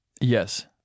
Yes